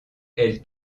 elle